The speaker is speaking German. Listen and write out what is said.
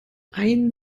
einen